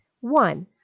One